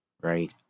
right